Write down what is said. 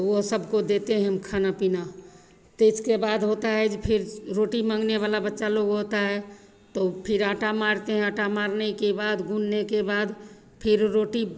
वह सबको देते हैं हम खाना पीना तो इसके बाद होता है जो फिर रोटी माँगने वाला बच्चा लोग होता है तो फिर आटा मारते हैं आटा मारने के बाद गुनने के बाद फिर रोटी